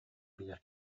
билэр